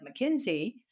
McKinsey